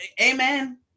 Amen